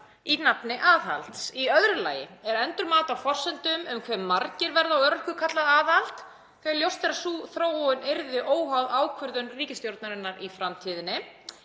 í nafni aðhalds. Í öðru lagi er endurmat á forsendum um hve margir verða á örorku kallað aðhald, þegar ljóst er að sú þróun yrði óháð ákvörðun ríkisstjórnarinnar í framtíðinni.